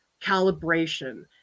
calibration